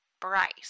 Bryce